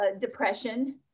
depression